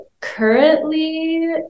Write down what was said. currently